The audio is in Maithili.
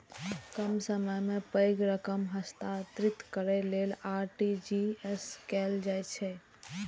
कम समय मे पैघ रकम हस्तांतरित करै लेल आर.टी.जी.एस कैल जाइ छै